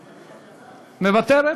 מוותרת,